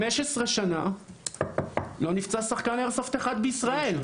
15 שנה לא נפצע שחקן איירסופט אחד בישראל.